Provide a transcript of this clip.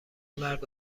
مرگ